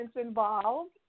involved